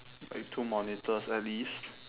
like two monitors at least